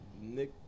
Nick